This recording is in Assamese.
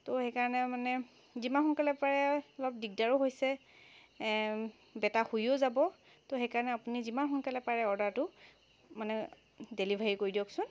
তো সেইকাৰণে মানে যিমান সোনকালে পাৰে অলপ দিগদাৰো হৈছে বেটা শুয়ো যাব তো সেকাৰণে আপুনি যিমান সোনকালে পাৰে অৰ্ডাৰটো মানে ডেলিভাৰী কৰি দিয়কচোন